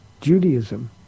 Judaism